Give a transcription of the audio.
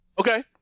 Okay